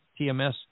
TMS